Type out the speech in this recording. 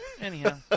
Anyhow